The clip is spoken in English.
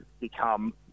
become